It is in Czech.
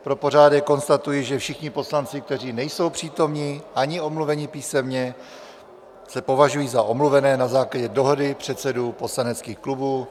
Pro pořádek konstatuji, že všichni poslanci, kteří nejsou přítomni ani omluveni písemně, se považují za omluvené na základě dohody předsedů poslaneckých klubů.